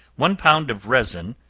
one pound of resin,